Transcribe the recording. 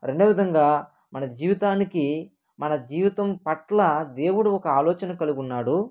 రెండవ విధంగా మన జీవితానికి మన జీవితం పట్ల దేవుడు ఒక ఆలోచన కలిగి ఉన్నాడు